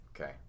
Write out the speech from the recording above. Okay